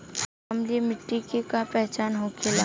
अम्लीय मिट्टी के का पहचान होखेला?